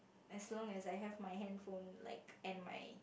as long as I have my handphone like and my